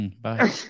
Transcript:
Bye